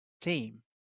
team